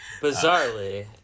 Bizarrely